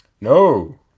No